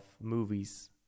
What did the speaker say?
movies